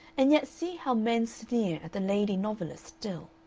and yet see how men sneer at the lady novelist still!